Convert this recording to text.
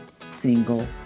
single